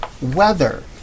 weather